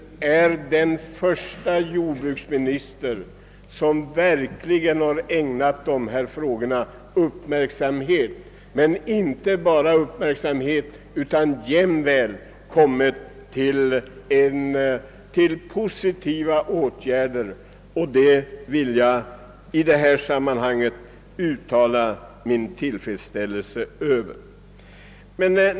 Den förste jordbruksminister som verkligen har ägnat dessa frågor uppmärksamhet är den nuvarande. Men det har inte bara varit fråga om uppmärksamhet utan också positiva åtgärder, och det vill jag i det här sammanhanget uttala min tillfredsställelse över.